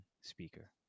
speaker